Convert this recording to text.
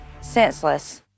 senseless